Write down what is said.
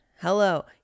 Hello